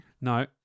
No